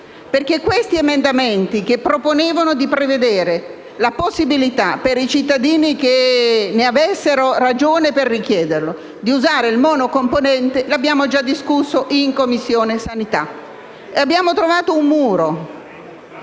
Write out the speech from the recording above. questi emendamenti che propongono di prevedere la possibilità per i cittadini che avessero ragione di richiederlo, di usare il vaccino monocomponente, li abbiamo già discussi in Commissione sanità, fino alle tre